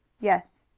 yes.